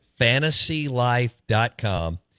Fantasylife.com